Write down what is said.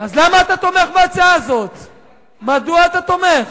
זה לא יאומן,